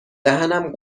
دهنم